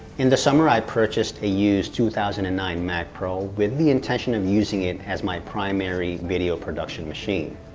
in the summer, i purchased a used two thousand and nine mac pro with the intention of using it as my primary video production machine.